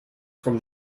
from